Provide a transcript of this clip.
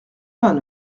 vingt